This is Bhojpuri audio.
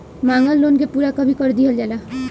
मांगल लोन के पूरा कभी कर दीहल जाला